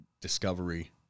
discovery